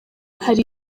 hari